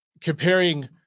comparing